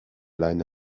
leine